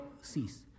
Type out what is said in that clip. cease